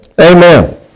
Amen